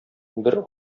бер